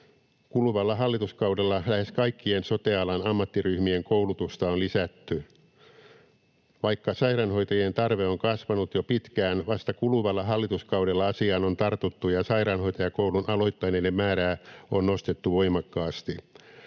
Kuluvalla hallituskaudella lähes kaikkien sote-alan ammattiryhmien koulutusta on lisätty. Vaikka sairaanhoitajien tarve on kasvanut jo pitkään, vasta kuluvalla hallituskaudella asiaan on tartuttu ja sairaanhoitajakoulun aloittaneiden määrää on nostettu voimakkaasti.